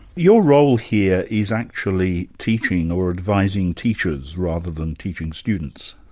your role here is actually teaching or advising teachers, rather than teaching students.